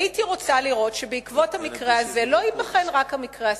הייתי רוצה לראות שבעקבות המקרה הזה לא ייבחן רק המקרה הספציפי,